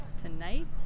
tonight